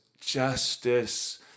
justice